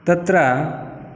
तत्र